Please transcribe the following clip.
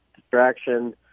distraction